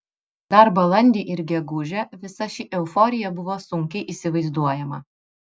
dar balandį ir gegužę visa ši euforija buvo sunkiai įsivaizduojama